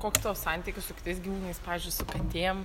koks tavo santykius su kitais gyvūnais pavyzdžiui su katėm